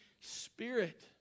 Spirit